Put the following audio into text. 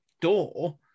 door